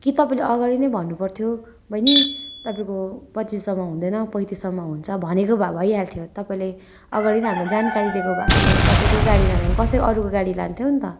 कि तपाईँले अगाडि नै भन्नुपर्थ्यो बैनी तपाईँको पच्चिस सौमा हुँदैन पैँतिस सौमा हुन्छ भनेको भए भइहाल्थ्यो तपाईँले अगाडि नै हामीलाई जानकारी दिएको भए लु तपाईँको गाडी नलगे पनि कसै अरूको गाडी लान्थ्यौँ नि त